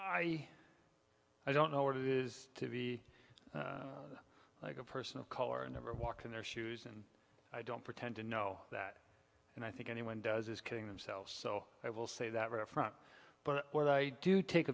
thanks i don't know what it is to be like a person of color and never walk in their shoes and i don't pretend to know that and i think anyone does is kidding themselves so i will say that right from but what i do take